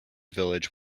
village